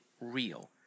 real